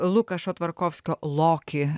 luką šotvarkofskio lokį